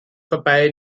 vorbei